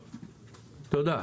תודה.